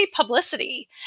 publicity